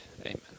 Amen